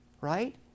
right